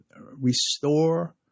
restore